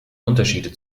unterschiede